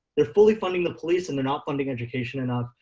they're fully funding the police and they're not funding education enough.